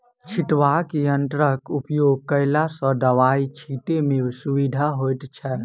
छिटबाक यंत्रक उपयोग कयला सॅ दबाई छिटै मे सुविधा होइत छै